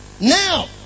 Now